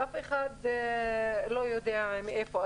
אף אחד לא יודע מאיפה.